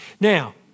Now